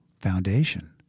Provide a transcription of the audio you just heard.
foundation